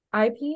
IP